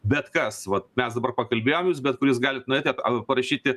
bet kas vat mes dabar pakalbėjom jūs bet kuris galit nueiti aba parašyti